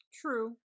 True